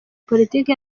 politiki